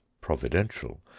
providential